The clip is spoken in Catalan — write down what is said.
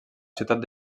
ciutat